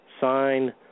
Sign